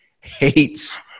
hates